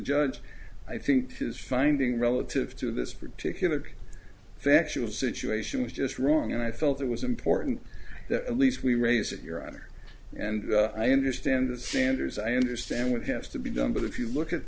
judge i think his finding relative to this particular factual situation was just wrong and i felt it was important that at least we raised that your honor and i understand the standards i understand what has to be done but if you look at